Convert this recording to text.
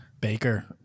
Baker